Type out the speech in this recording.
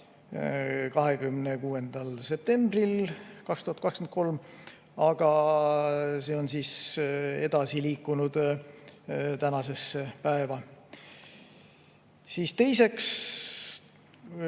26. septembril 2023, aga see on edasi liikunud tänasesse päeva. Teiseks